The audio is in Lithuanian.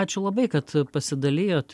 ačiū labai kad pasidalijot